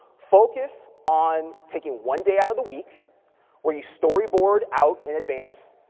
focus on taking one day out of the week where you storyboard out in advance.